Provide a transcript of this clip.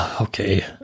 Okay